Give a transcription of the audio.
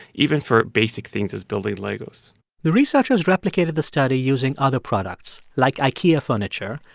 even for basic things as building legos the researchers replicated the study using other products, like ikea furniture,